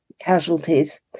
casualties